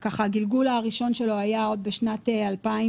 הגלגול הראשון שלו היה עוד בשנת 2010,